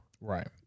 right